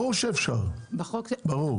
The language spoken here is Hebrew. ברור שאפשר, ברור.